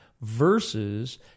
versus